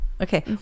Okay